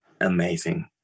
amazing